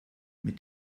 mit